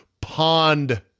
pond